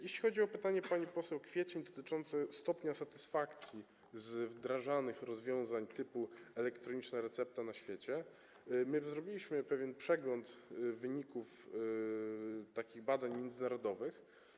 Jeśli chodzi o pytanie pani poseł Kwiecień dotyczące stopnia satysfakcji z wdrażanych rozwiązań typu: elektroniczna recepta na świecie, to już zrobiliśmy pewien przegląd wyników badań międzynarodowych.